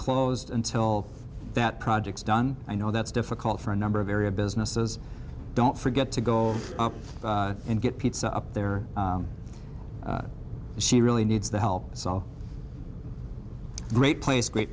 closed until that project's done i know that's difficult for a number of area businesses don't forget to go and get pizza up there she really needs the help it's all great place great